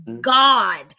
God